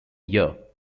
year